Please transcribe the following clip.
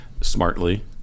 smartly